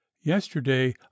Yesterday